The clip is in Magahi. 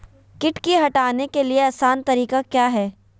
किट की हटाने के ली आसान तरीका क्या है?